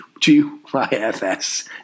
G-Y-F-S